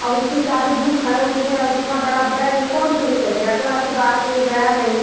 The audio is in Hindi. अब इतनी सारी बुक हैं उसमें अब इतना बड़ा बैग है कौन चोरी करेगा क्लास से बाहर कोई गया नहीं